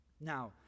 Now